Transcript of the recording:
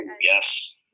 yes